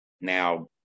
Now